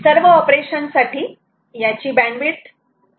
सर्व ऑपरेशन साठी यांची बँडविड्थ 1